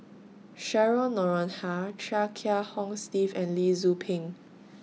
Cheryl Noronha Chia Kiah Hong Steve and Lee Tzu Pheng